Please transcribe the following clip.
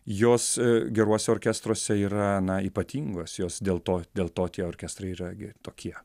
jos geruose orkestruose yra na ypatingos jos dėl to dėl to tie orkestrai yra gi tokie